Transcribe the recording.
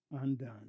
undone